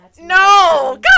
No